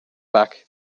back